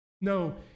No